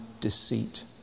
deceit